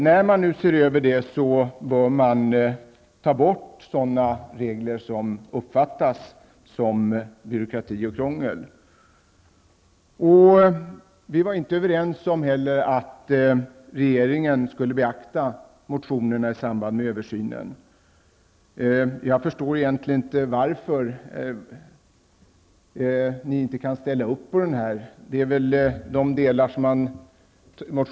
När detta ses över bör sådana regler som uppfattas som byråkratiska och krångliga tas bort. Vi är inte heller överens om att regeringen skall beakta motionerna i samband med översynen. Jag förstår egentligen inte varför ni inte kan ställa er bakom detta. De delar som motionären tar upp innefattas ju i det begrepp som vi var överens om.